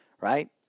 right